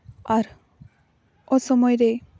ᱟᱨ ᱚᱥᱚᱢᱚᱭᱨᱮ